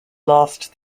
lost